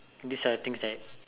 these are the things that